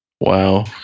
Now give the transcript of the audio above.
Wow